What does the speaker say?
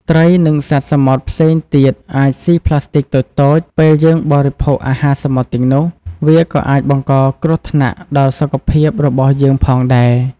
ត្រី និងសត្វសមុទ្រផ្សេងទៀតអាចស៊ីប្លាស្ទិកតូចៗ ពេលយើងបរិភោគអាហារសមុទ្រទាំងនោះ វាក៏អាចបង្កគ្រោះថ្នាក់ដល់សុខភាពរបស់យើងផងដែរ។